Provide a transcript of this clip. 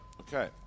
Okay